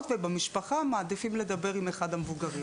ובמשפחה מעדיפים לדבר עם אחד המבוגרים.